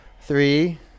Three